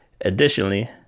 Additionally